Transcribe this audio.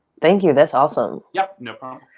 thank you, that's awesome. yeah, no problem.